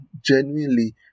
genuinely